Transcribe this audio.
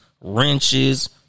wrenches